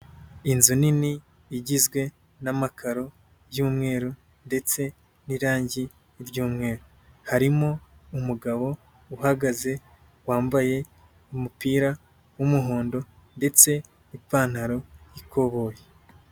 Inzu nini igizwe n'amakaro y'umweru ndetse n'irangi ry'umweru. Harimo umugabo uhagaze wambaye umupira w'umuhondo ndetse n'ipantaro y'ikoboyi.